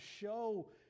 show